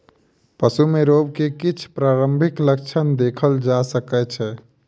पशु में रोग के किछ प्रारंभिक लक्षण देखल जा सकै छै